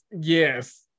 yes